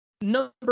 Number